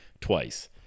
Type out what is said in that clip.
twice